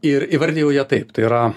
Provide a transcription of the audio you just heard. ir įvardijau ją taip tai yra